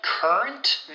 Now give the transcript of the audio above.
Current